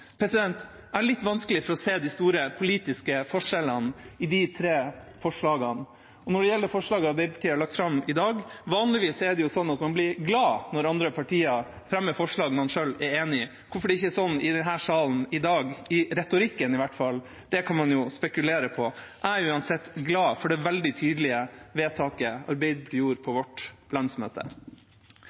Jeg har litt vanskelig for å se de store politiske forskjellene i de tre forslagene. Når det gjelder forslaget Arbeiderpartiet har lagt fram i dag: Vanligvis er det sånn at man blir glad når andre partier fremmer forslag man selv er enig i. Hvorfor det ikke er sånn i salen i dag, i retorikken i hvert fall, kan man jo spekulere på. Jeg er uansett glad for det veldig tydelige vedtaket Arbeiderpartiet gjorde på sitt landsmøte.